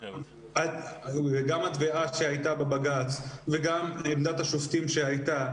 וגם התביעה שהייתה בבג"צ וגם עמדת השופטים שהייתה,